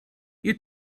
you